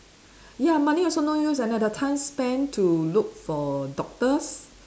ya money also no use and the the time spent to look for doctors